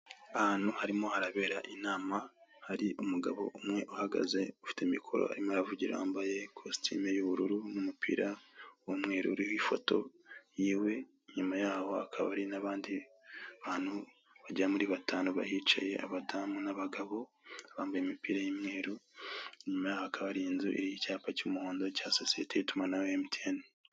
Ahantu harimo harabera inama hari umugabo umwe uhagaze ufite mikoro arimo avugiramo wambaye ikositimu y'ubururu n'umupira w'umweru uriho ifoto yiwe nyuma yaho akaba ari nabandi bantu bajyera muri batanu bahicaye abadamu n'abagabo bambaye imipira y'umweru nyuma hakaba har' inzu iriho icyapa cy'umuhondo cya sosiyete yitumanaho ya MTN.